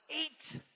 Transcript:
eight